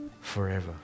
forever